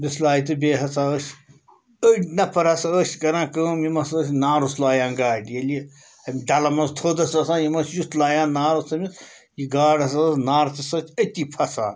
بِسلاے تہِ بیٚیہِ ہَسا ٲسۍ أڑۍ نفر ہَسا ٲسۍ کَران کٲم یِم ہَسا ٲسۍ نارُس لایان گاڈِ ییٚلہِ یہِ اَمہِ ڈَلہٕ منٛز تھوٚد ٲس وۄتھان یِم ٲسۍ یُتھ لایان نارُس تٔمِس یہِ گاڈ ہَسا ٲس نارسہٕ سۭتۍ أتی پھَسان